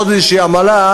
עוד איזו עמלה,